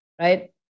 Right